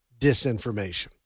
disinformation